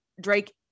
Drake